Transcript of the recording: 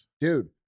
dude